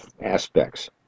aspects